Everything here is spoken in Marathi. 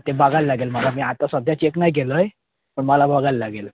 ते बघायला लागेल मला मी आता सध्या चेक नाही केलं आहे पण मला बघायला लागेल